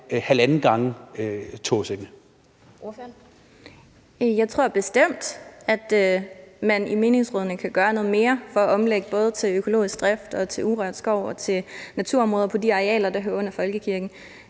Valentina Berthelsen (SF): Jeg tror bestemt, at man i menighedsrådene kan gøre noget mere for at omlægge både til økologisk drift og til urørt skov og til naturområder på de arealer, der hører under folkekirken.